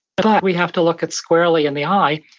but we have to look at squarely in the eye,